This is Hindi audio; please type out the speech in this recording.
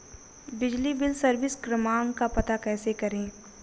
बिजली बिल सर्विस क्रमांक का पता कैसे करें?